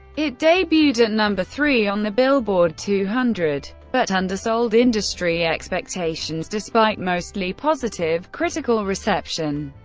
it debuted at number three on the billboard two hundred, but undersold industry expectations, despite mostly positive critical reception.